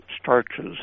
starches